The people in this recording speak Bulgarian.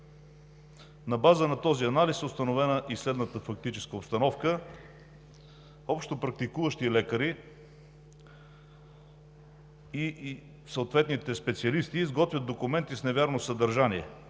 На база на този анализ е установена и следната фактическа обстановка. Общопрактикуващи лекари и съответните специалисти изготвят документи с невярно съдържание